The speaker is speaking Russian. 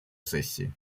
сессии